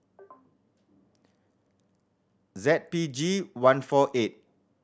Z P G one four eight